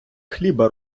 хліба